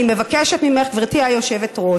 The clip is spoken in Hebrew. אני מבקשת ממך, גברתי היושבת-ראש,